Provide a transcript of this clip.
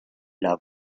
love